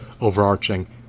overarching